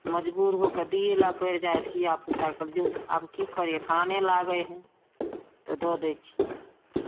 तऽ मजबूर हो कऽ दिए ला पइड़ जाय धियापुता कहली जो आब की करियै काने लागय हय तऽ दऽ दै छियै